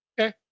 okay